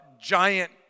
giant